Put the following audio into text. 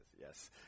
Yes